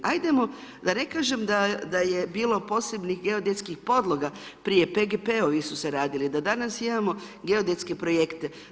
Ajdemo, da ne kažem da je bilo posebnih geodetskih podloga, prije PGP-ovi su se radili, da danas imamo danas imamo geodetske projekte.